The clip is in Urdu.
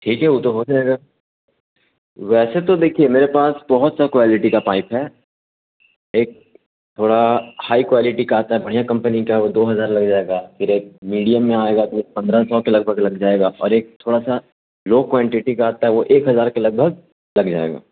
ٹھیک ہے وہ تو ہو جائے گا ویسے تو دیکھیے میرے پاس بہت سا کوالٹی کا پائپ ہے ایک تھوڑا ہائی کوالٹی کا آتا ہے بڑھیا کمپنی کا وہ دو ہزار لگ جائے گا پھر ایک میڈیم میں آئے گا تو وہ پندرہ سو کے لگ بھگ لگ جائے گا اور ایک تھوڑا سا لو کوانٹٹی کا آتا ہے وہ ایک ہزار کے لگ بھگ لگ جائے گا